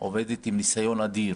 עובדת עם ניסיון אדיר